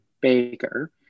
baker